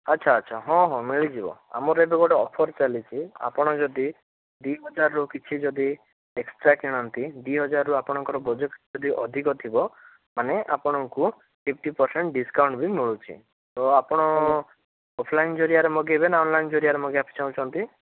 ଆଚ୍ଛା ଆଚ୍ଛା ହଁ ହଁ ମିଳିଯିବ ଆମର ଏବେ ଗୋଟେ ଅଫର୍ ଚାଲିଛି ଆପଣ ଯଦି ଦୁଇ ହଜାରରୁ କିଛି ଯଦି ଏକ୍ସଟ୍ରା କିଣନ୍ତି ଦୁଇ ହଜାରରୁ ଆପଣଙ୍କର ବଜେଟ୍ ଯଦି ଅଧିକ ଥିବ ମାନେ ଆପଣଙ୍କୁ ଫିପ୍ଟି ପର୍ସେଣ୍ଟ ଡିସ୍କାଉଣ୍ଟ ବି ମିଳୁଛି ତ ଆପଣ ଅଫ୍ଲାଇନ୍ ଜରିଆରେ ମଗାଇବେ ନା ଅନ୍ଲାଇନ୍ ଜରିଆରେ ମଗାଇବାକୁ ଚାହୁଁଛନ୍ତି